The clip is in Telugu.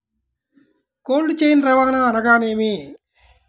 కోల్డ్ చైన్ రవాణా అనగా నేమి?